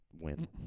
win